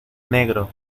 negro